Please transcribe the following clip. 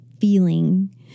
feeling